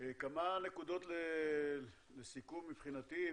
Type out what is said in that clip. כמה נקודות לסיכום מבחינתי,